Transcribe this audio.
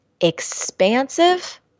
expansive